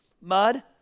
mud